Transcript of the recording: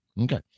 Okay